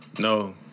No